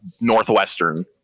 Northwestern